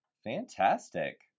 fantastic